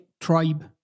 tribe